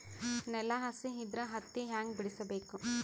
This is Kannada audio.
ನೆಲ ಹಸಿ ಇದ್ರ ಹತ್ತಿ ಹ್ಯಾಂಗ ಬಿಡಿಸಬೇಕು?